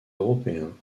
européens